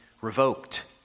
revoked